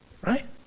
right